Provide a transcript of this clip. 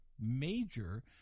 major